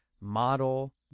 model